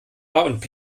und